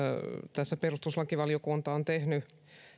tässä perustuslakivaliokunta on tehnyt